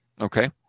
Okay